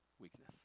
weakness